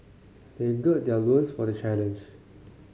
they gird their loins for the challenge